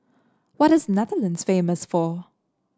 what is Netherlands famous for